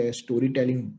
storytelling